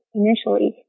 initially